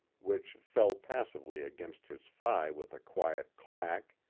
which fell passively against his thigh with a quiet clack,